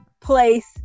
place